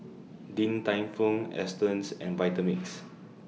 Din Tai Fung Astons and Vitamix